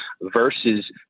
versus